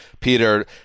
Peter